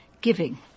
giving